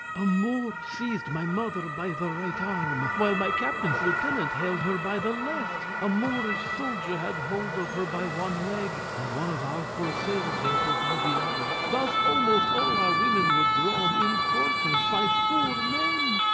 a moor seized my mother by the right arm, while my captain's lieutenant held her by the left a moorish soldier had hold of her by one leg, and one of our corsairs held her by the other. thus almost all our women were drawn in quarters by four men.